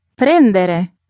Prendere